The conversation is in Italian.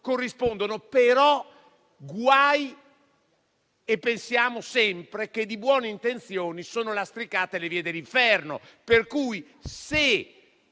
vi rispondono. Però pensiamo sempre che di buone intenzioni sono lastricate le vie dell'inferno; per cui se